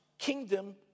kingdom